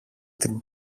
την